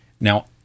Now